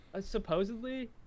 supposedly